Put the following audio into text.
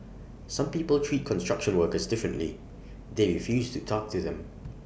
some people treat construction workers differently they refuse to talk to them